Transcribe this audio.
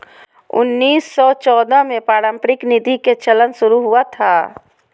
उन्नीस सौ चौदह में पारस्परिक निधि के चलन शुरू हुआ था